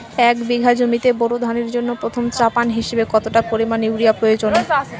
এক বিঘা জমিতে বোরো ধানের জন্য প্রথম চাপান হিসাবে কতটা পরিমাণ ইউরিয়া প্রয়োজন?